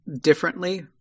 differently